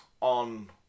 on